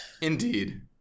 Indeed